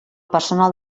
personal